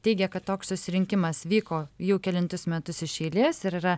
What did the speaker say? teigė kad toks susirinkimas vyko jau kelintus metus iš eilės ir yra